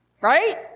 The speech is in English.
Right